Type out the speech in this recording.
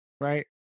right